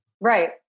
Right